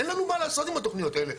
אין לנו מה לעשות עם התוכניות האלה,